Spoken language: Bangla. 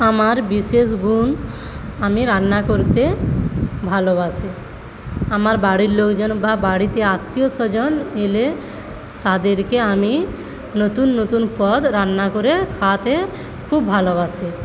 আমার বিশেষ গুণ আমি রান্না করতে ভালোবাসি আমার বাড়ির লোকজন বা বাড়িতে আত্মীয় স্বজন এলে তাদেরকে আমি নতুন নতুন পদ রান্না করে খাওয়াতে খুব ভালোবাসি